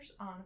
on